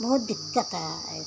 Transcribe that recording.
बहुत दिक्कत है